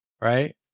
right